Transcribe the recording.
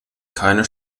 keine